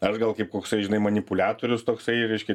aš gal kaip koks žinai manipuliatorius toksai reiškia